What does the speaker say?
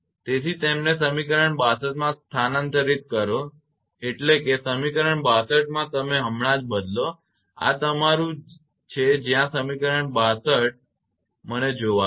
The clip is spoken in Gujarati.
તેથી તેમને સમીકરણ 62 માં સ્થાનાંતરિત કરો એટલે કે સમીકરણ 62 માં તમે હમણાં જ બદલો આ તમારું છે જ્યાં સમીકરણ 62 જયાં મને જોવા દો